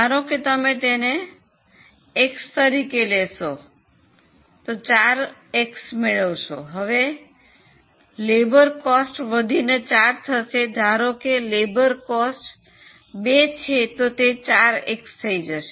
ધારો કે તમે તેને X તરીકે લેશો તો 4x મેળવશે હવે મજૂર દર વધીને 4 થશે ધારો કે મજૂર ખર્ચ 2 છે તો તે 4x થઈ જશે